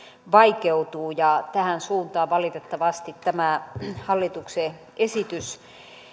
vaikeutuu tähän suuntaan valitettavasti tämä hallituksen esitys